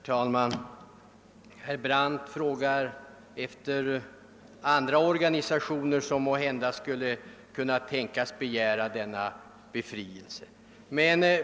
Herr talman! Herr Brandt hänvisade till att andra organisationer måhända skulle kunna tänkas begära samma befrielse.